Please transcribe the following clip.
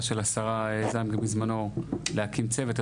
של השרה זנדברג בזמנו להקים צוות,